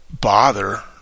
bother